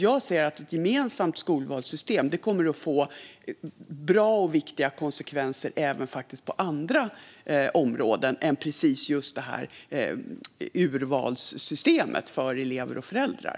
Jag ser att ett gemensamt skolvalssystem kommer att få bra och viktiga konsekvenser även på andra områden än just urvalssystemet för elever och föräldrar.